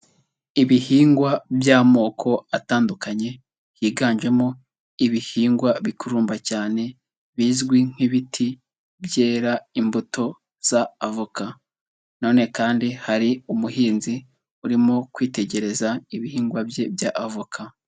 Ibihingwa by'amoko atandukanye, higanjemo ibihingwa bikururumba cyane bizwi nk'ibiti byera imbuto za avoka na none kandi hari umuhinzi urimo kwitegereza ibihingwa bye bya avoka.